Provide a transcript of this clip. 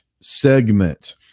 segment